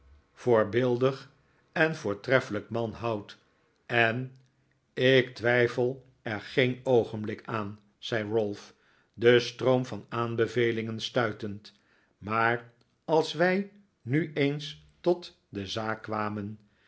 voorbeeldig en voortreffelijk man houd en ik twijfel er geen oogenblik aan zei ralph den stroom van aanbevelingen stuitend maar als wij nu eens tot de zaak kwamen